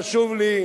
חשוב לי,